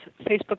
facebook